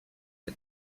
que